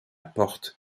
porte